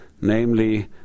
namely